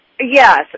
Yes